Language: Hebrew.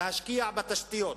להשקיע בתשתיות